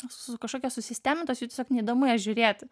su kažkokia susistemintos jų tiesiog neįdomu į ją žiūrėti